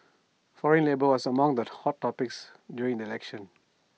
foreign labour was among that hot topics during the elections